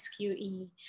sqe